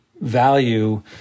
value